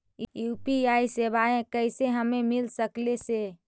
UPI सेवाएं कैसे हमें मिल सकले से?